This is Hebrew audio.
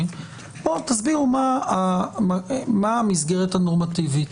תסבירו מה המסגרת הנורמטיבית,